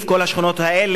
ואכן הן בבעיה.